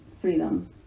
freedom